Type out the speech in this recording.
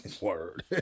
Word